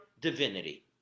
divinity